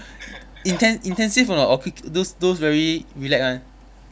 inten~ intensive or not or quick those those very relax one